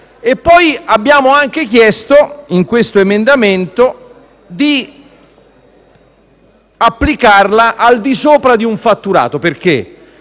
e poi abbiamo anche chiesto, con questo emendamento, di applicarla al di sopra di un fatturato minimo.